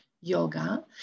yoga